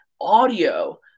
audio